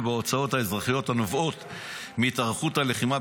בהוצאות האזרחיות הנובעות מהתארכות הלחימה,